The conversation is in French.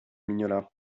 mignola